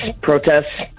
protests